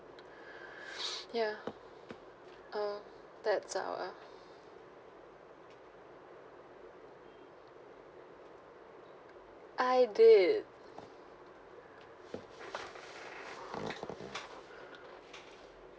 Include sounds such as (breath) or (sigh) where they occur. (breath) ya uh that's our ah I did